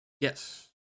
Yes